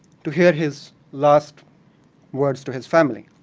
to hear his last words to his family.